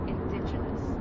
Indigenous